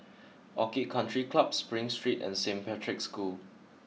Orchid Country Club Spring Street and Saint Patrick's School